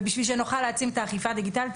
ובשביל שנוכל להעצים את האכיפה הדיגיטלית,